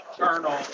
internal